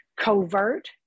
covert